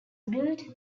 billed